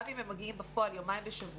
גם אם הם מגיעים בפועל יומיים בשבוע,